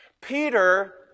Peter